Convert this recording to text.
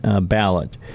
ballot